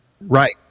Right